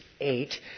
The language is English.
eight